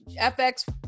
fx